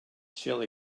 sil